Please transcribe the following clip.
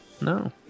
no